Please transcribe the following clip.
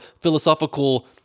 philosophical